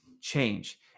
change